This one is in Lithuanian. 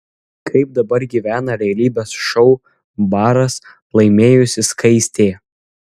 kaip dabar gyvena realybės šou baras laimėjusi skaistė